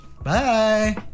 Bye